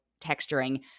texturing